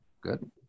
good